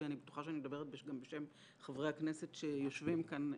ואני בטוחה שאני מדברת גם בשם חברי הכנסת שיושבים כאן,